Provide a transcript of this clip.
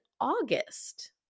August